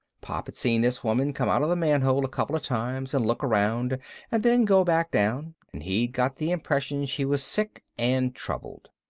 pop had seen this woman come out of the manhole a couple of times and look around and then go back down and he'd got the impression she was sick and troubled.